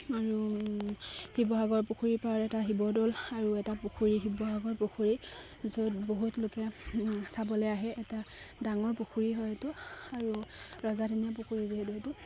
আৰু শিৱসাগৰ পুখুৰীৰ পাৰ এটা শিৱদৌল আৰু এটা পুখুৰী শিৱসাগৰ পুখুৰী য'ত বহুত লোকে চাবলৈ আহে এটা ডাঙৰ পুখুৰী হয়টো আৰু ৰজাদিনীয়া পুখুৰী যিহেতু সেইটো